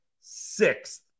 sixth